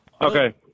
Okay